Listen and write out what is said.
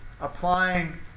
applying